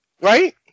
Right